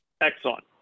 Excellent